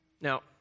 Now